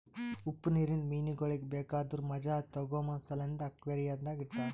ಉಪ್ಪು ನೀರಿಂದ ಮೀನಗೊಳಿಗ್ ಬೇಕಾದುರ್ ಮಜಾ ತೋಗೋಮ ಸಲೆಂದ್ ಅಕ್ವೇರಿಯಂದಾಗ್ ಇಡತಾರ್